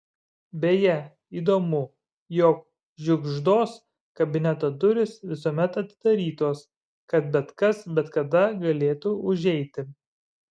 beje įdomu jog žiugždos kabineto durys visuomet atidarytos kad bet kas bet kada galėtų užeiti